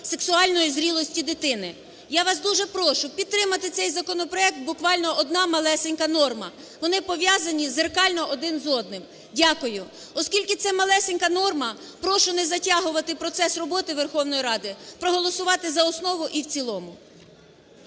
сексуальної зрілості дитини. Я вас дуже прошу підтримати цей законопроект, буквально одна малесенька норма, вони пов'язані дзеркально один з одним. Дякую. Оскільки це малесенька норма, прошу не затягувати процес роботи Верховної Ради, проголосувати за основу і в цілому.